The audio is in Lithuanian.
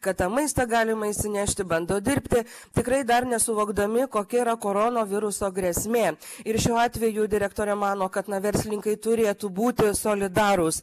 kad tą maistą galima išsinešti bando dirbti tikrai dar nesuvokdami kokia yra koronoviruso grėsmė ir šiuo atveju direktorė mano kad na verslininkai turėtų būti solidarūs